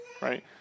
right